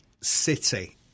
city